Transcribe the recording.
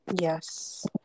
Yes